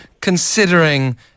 considering